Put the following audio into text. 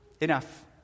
enough